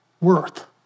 worth